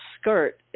skirt